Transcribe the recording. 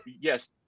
Yes